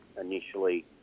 initially